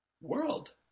world